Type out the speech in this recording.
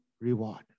reward